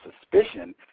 suspicion